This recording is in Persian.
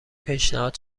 پیشنهاد